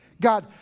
God